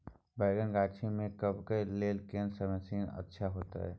बैंगन गाछी में के कमबै के लेल कोन मसीन अच्छा होय छै?